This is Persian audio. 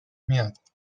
میاد